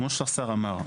כמו שהשר אמר,